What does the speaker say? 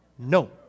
No